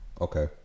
Okay